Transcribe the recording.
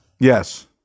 Yes